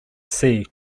sea